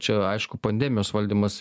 čia aišku pandemijos valdymas